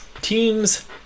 Teams